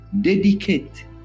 dedicate